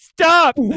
Stop